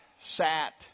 sat